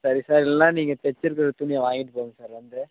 சரி சார் இல்லைனா நீங்கள் தச்சிருக்கிற துணியை வாங்கிகிட்டு போங்க சார் வந்து